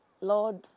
Lord